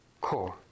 core